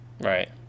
right